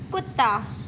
कुत्ता